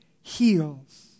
heals